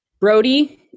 brody